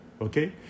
Okay